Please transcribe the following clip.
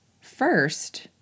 First